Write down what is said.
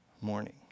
morning